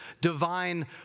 divine